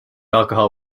alcohol